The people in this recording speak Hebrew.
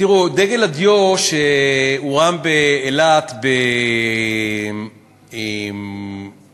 תראו, דגל הדיו שהורם באילת, במרץ.